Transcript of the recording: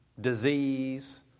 disease